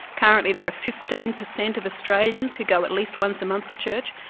currently there are fifteen per cent of australians who go at least once a month to church,